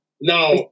now